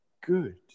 Good